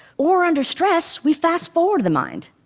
or under stress, we fast-forward the mind.